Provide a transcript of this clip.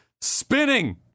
spinning